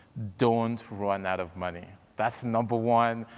don't run out of money. that's number one,